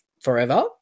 forever